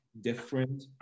different